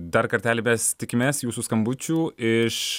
dar kartelį mes tikimės jūsų skambučių iš